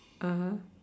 (uh huh)